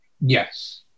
Yes